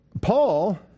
Paul